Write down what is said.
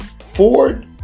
Ford